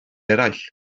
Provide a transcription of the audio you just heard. eraill